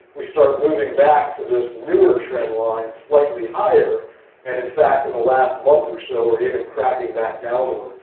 we start moving back to this newer trendline, slightly higher, and in fact and the last month or so we're even cracking that downward.